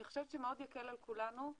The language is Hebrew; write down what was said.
אני חושבת שמאוד יקל על כולנו,